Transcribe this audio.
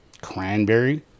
Cranberry